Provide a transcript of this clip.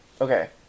okay